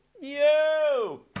Yo